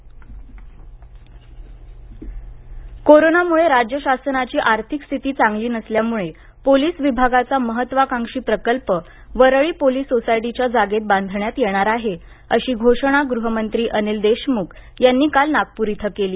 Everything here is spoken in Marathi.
पोलिस घरे कोरोनामुळे राज्य शासनाची आर्थिक स्थिती चांगली नसल्यामुळे पोलीस विभागाचा महत्वाकांक्षी प्रकल्प वरळी पोलीस सोसायटीच्या जागेत बांधण्यात येणार आहे अशी घोषणा गृहमंत्री अनिल देशमुख यांनी काल नागप्र इथं केली